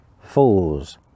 fools